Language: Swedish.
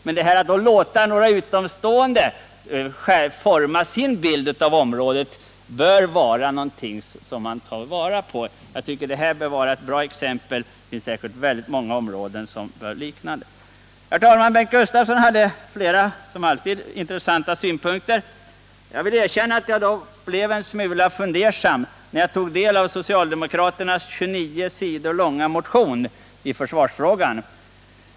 Men att låta några utomstående behandla ett område bör vara en idé som är värd att ta vara på. Det här är ett exempel på ett område där denna metod har använts — man kan säkert göra på liknande sätt på andra områden. Bengt Gustavsson hade som alltid flera intressanta synpunkter. Jag vill dock erkänna att jag blev en smula fundersam, när jag tog del av socialdemokraternas 29 sidor långa motion i försvarsfrågan.